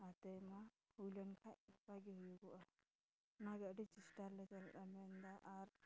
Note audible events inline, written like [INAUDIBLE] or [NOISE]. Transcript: ᱟᱨ ᱛᱟᱹᱭᱢᱟ ᱦᱩᱭᱞᱮᱱ ᱠᱷᱟᱡ ᱱᱟᱯᱟᱭ ᱜᱮ ᱦᱩᱭᱩᱜᱚᱜᱼᱟ ᱚᱱᱟᱜᱮ ᱟᱹᱰᱤ ᱪᱮᱥᱴᱟ ᱨᱮᱞᱮ [UNINTELLIGIBLE] ᱢᱮᱱᱮᱫᱟ ᱟᱨ